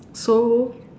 so